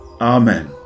Amen